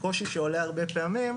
קושי שעולה הרבה פעמים,